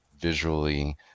visually